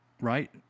right